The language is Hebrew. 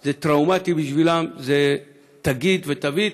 היא טראומטית בשבילם וזו תגית ותווית.